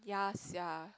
ya sia